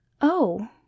Oh